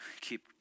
keep